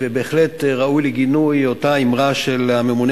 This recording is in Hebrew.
ובהחלט ראויה לגינוי אותה אמרה של הממונה